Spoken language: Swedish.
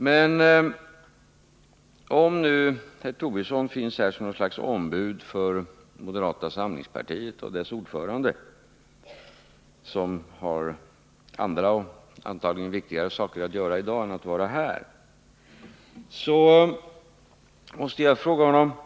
Men om nu herr Tobisson finns här som något slags ombud för moderata samlingspartiet och dess ordförande — som tydligen har andra och antagligen viktigare saker att göra i dag än att vara här — måste jag fråga honom om en sak.